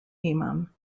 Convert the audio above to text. imam